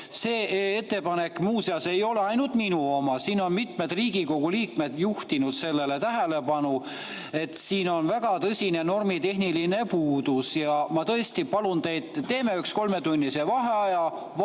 See ettepanek, muuseas, ei ole ainult minu oma, mitmed Riigikogu liikmed on juhtinud tähelepanu, et siin on väga tõsine normitehniline puudus. Ma tõesti palun teid, teeme ühe kolmetunnise vaheaja